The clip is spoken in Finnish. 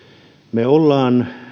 me olemme